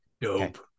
dope